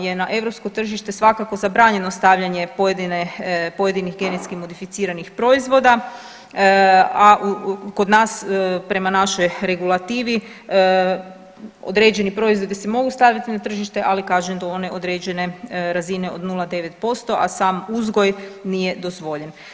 je na europsko tržište svakako zabranjeno stavljanje pojedinih genetski modificiranih proizvoda, a kod nas prema našoj regulativi određeni proizvodi se mogu staviti na tržište ali kažem do one određene razine od 0,9% a sam uzgoj nije dozvoljen.